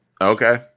okay